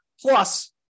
Plus